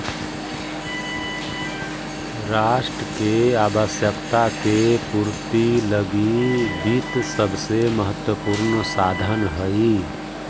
राष्ट्र के आवश्यकता के पूर्ति लगी वित्त सबसे महत्वपूर्ण साधन हइ